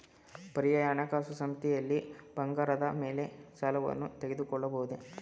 ಪರ್ಯಾಯ ಹಣಕಾಸು ಸಂಸ್ಥೆಗಳಲ್ಲಿ ಬಂಗಾರದ ಮೇಲೆ ಸಾಲವನ್ನು ತೆಗೆದುಕೊಳ್ಳಬಹುದೇ?